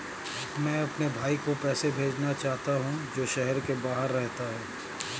मैं अपने भाई को पैसे भेजना चाहता हूँ जो शहर से बाहर रहता है